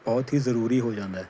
ਬਹੁਤ ਹੀ ਜ਼ਰੂਰੀ ਹੋ ਜਾਂਦਾ ਹੈ